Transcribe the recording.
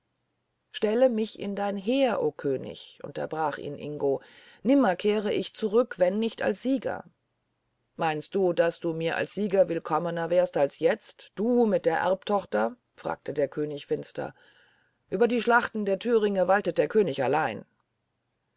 stelle mich in deine heere o könig unterbrach ihn ingo nimmer kehre ich zurück wenn nicht als sieger meinst du daß du mir als sieger willkommener wärest als jetzt du mit der erbtochter fragte der könig finster über die schlachten der thüringe waltet der könig allein